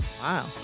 wow